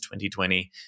2020